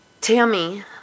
Tammy